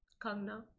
Kangna